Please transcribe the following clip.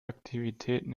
aktivitäten